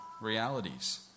realities